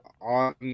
on